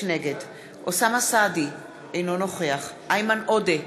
נגד אוסאמה סעדי, אינו נוכח איימן עודה,